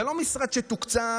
זה לא משרד שתוקצב,